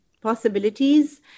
possibilities